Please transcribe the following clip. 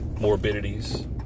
morbidities